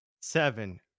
Seven